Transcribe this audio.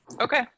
Okay